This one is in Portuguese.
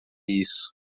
isso